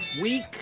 week